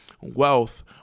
wealth